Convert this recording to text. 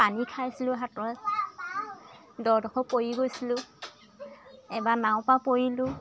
পানী খাইছিলোঁ হাতত দডখৰ পৰি গৈছিলোঁ এবাৰ নাও পা পৰিলোঁ